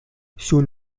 soon